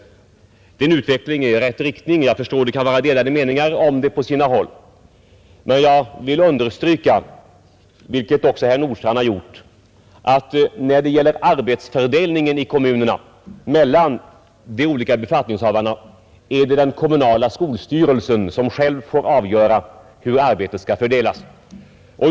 Det är en utveckling i rätt riktning — men jag förstår att det på sina håll kan råda delade meningar om det. Jag vill också understryka — vilket också herr Nordstrandh gjorde — att när det gäller arbetsfördelningen i kommunerna mellan de olika befattningshavarna är det den kommunala skolstyrelsen själv som får avgöra hur arbetet skall fördelas.